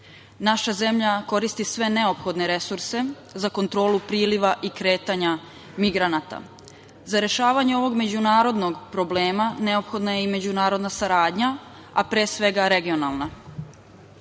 Naša zemlja koristi sve neophodne resurse za kontrolu priliva i kretanja migranata.Za rešavanje ovog međunarodnog problema neophodna je i međunarodna saradnja, a pre svega i regionalna.